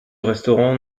restaurant